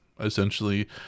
essentially